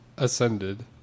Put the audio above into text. Ascended